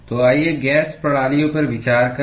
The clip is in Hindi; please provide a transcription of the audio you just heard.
तो आइए गैस प्रणालियों पर विचार करें